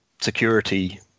security